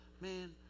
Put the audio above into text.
Man